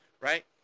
right